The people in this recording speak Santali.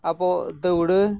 ᱟᱵᱚ ᱫᱟᱹᱣᱲᱟᱹ